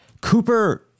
Cooper